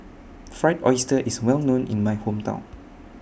Fried Oyster IS Well known in My Hometown